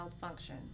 function